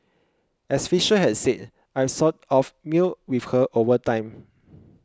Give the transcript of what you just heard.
as Fisher had said I've sort of melded with her over time